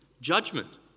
Judgment